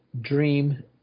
dream